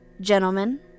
Gentlemen